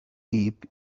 deep